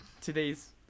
today's